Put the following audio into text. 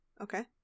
Okay